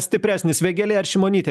stipresnis vėgėlė ar šimonytė